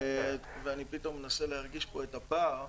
ואני פתאום מנסה להרגיש פה את הפער.